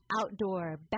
outdoor